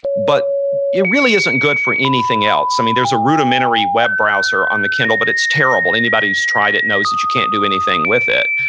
but it really isn't good for anything else i mean there's a rudimentary web browser on the kindle, but it's terrible. anybody who's tried it knows that you can't do with it.